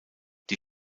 die